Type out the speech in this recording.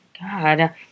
God